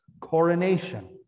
coronation